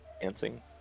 dancing